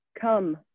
Come